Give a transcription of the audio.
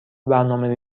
برنامه